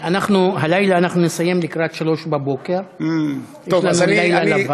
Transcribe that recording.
הלילה אנחנו נסיים לקראת 03:00, יש לנו לילה לבן.